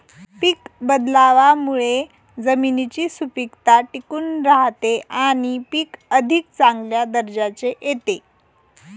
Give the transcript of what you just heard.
पीक बदलावामुळे जमिनीची सुपीकता टिकून राहते आणि पीक अधिक चांगल्या दर्जाचे येते